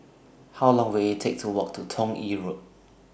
How Long Will IT Take to Walk to Toh Yi Road